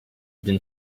been